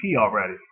already